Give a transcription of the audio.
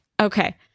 Okay